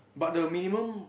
but the minimum